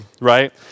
right